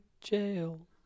jail